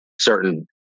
certain